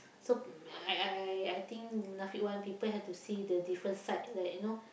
so I I I think Munafik one people had to see the different side that you know